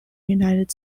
united